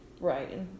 Right